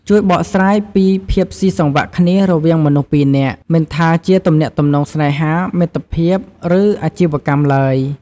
ជួយបកស្រាយពីភាពស៊ីសង្វាក់គ្នារវាងមនុស្សពីរនាក់ មិនថាជាទំនាក់ទំនងស្នេហា មិត្តភាព ឬអាជីវកម្មឡើយ។